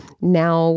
now